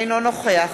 אינו נוכח